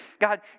God